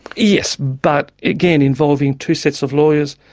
yes, but again involving two sets of lawyers,